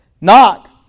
Knock